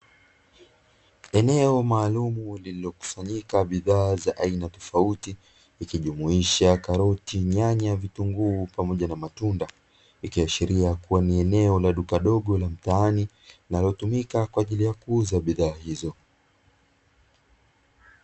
Eneo maalumu liliokisanyika bidhaa za aina tofauti ikijumuisha karoti, nyanya, vitunguu pamoja na matunda. Ikiashiria kuwa ni eneo la duka dogo la mtaani linalotumika kwa ajili ya kuuza bidhaa hizo.